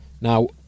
Now